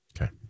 Okay